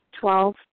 Twelve